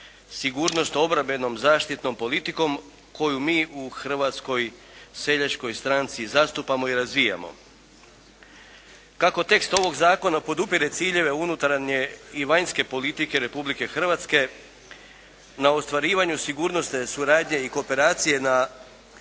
sigurnosno, obrambenom, zaštitnom politikom koju mi u Hrvatskoj seljačkoj stranci zastupamo i razvijamo. Kako tekst ovog zakona podupire ciljeve unutarnje i vanjske politike Republike Hrvatske na ostvarivanju sigurnosne suradnje i kooperacije sa